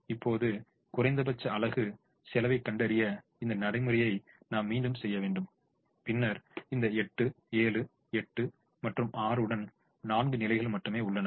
இப்போது குறைந்தபட்ச அலகு செலவைக் கண்டறிய இந்த நடைமுறையை நாம் மீண்டும் செய்ய வேண்டும் பின்னர் இந்த 8 7 8 மற்றும் 6 உடன் நான்கு நிலைகள் மட்டுமே உள்ளன